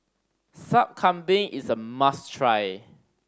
Sup Kambing is a must try